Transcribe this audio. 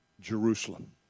Jerusalem